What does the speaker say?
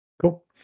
Cool